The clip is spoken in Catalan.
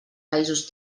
països